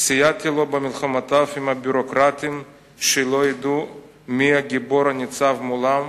סייעתי לו במלחמותיו עם ביורוקרטים שלא ידעו מי הגיבור הניצב מולם,